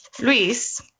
Luis